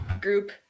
group